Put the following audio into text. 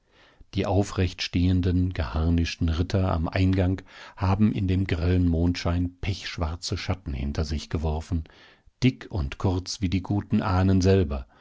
die aufrechtstehenden geharnischten ritter am eingang haben in dem grellen mondschein pechschwarze schatten hinter sich geworfen dick und kurz wie die guten ahnen selber